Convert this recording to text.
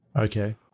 Okay